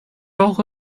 昭和